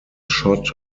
shot